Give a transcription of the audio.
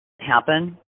happen